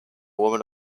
woman